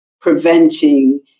preventing